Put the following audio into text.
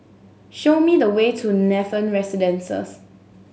show me the way to Nathan Residences